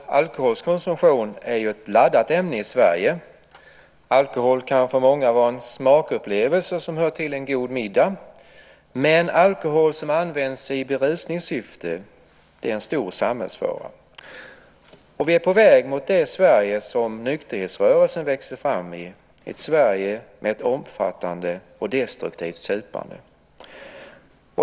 Fru talman! Alkohol och alkoholkonsumtion är ett laddat ämne i Sverige. Alkohol kan för många vara en smakupplevelse som hör till en god middag. Men alkohol som används i berusningssyfte är en stor samhällsfara. Vi är på väg mot det Sverige som nykterhetsrörelsen växte fram i, ett Sverige med ett omfattande och destruktivt supande.